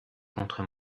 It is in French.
contre